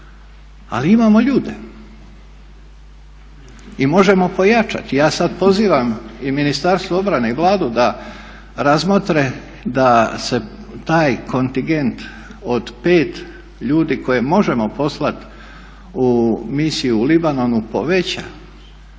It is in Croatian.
ali imamo ljude i možemo pojačati. Ja sad pozivam i Ministarstvo obrane i Vladu da razmotre da se taj kontingent od 5 ljudi koje možemo poslat u misiju u Libanonu poveća